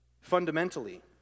fundamentally